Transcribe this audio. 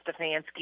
Stefanski